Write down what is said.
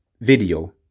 video